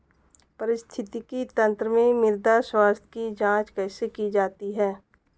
पारिस्थितिकी तंत्र में मृदा स्वास्थ्य की जांच कैसे की जाती है?